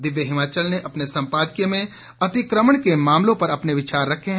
दिव्य हिमाचल ने अपने सम्पादकीय में अतिक्रमण के मामलों पर अपने विचार रखे है